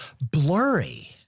blurry